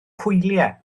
hwyliau